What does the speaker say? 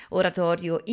oratorio